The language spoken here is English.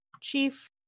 chief